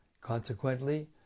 Consequently